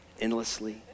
endlessly